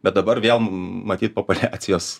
bet dabar vėl matyt populiacijos